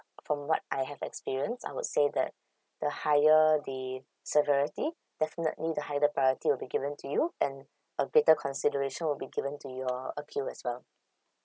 from what I have experienced I would say that the higher the severity definitely the higher the priority will be given to you and a greater consideration will be given to your appeal as well